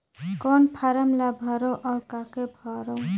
कौन फारम ला भरो और काका भरो?